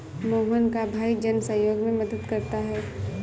मोहन का भाई जन सहयोग में मदद करता है